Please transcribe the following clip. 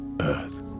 earth